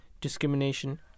discrimination